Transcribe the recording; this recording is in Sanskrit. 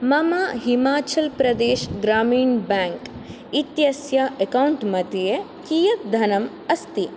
मम हिमाचल् प्रदेश् ग्रामीण् बेङ्क् इत्यस्य अकाौण्ट् मध्ये कियत् धनम् अस्ति